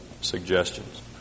suggestions